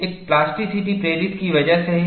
एक प्लास्टिसिटी प्रेरित की वजह से है